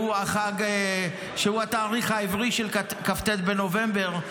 שהוא התאריך העברי של כ"ט בנובמבר,